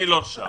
אני לא שם.